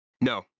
No